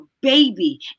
baby